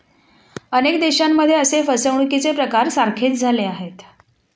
अनेक देशांमध्ये असे फसवणुकीचे प्रकार सारखेच झाले आहेत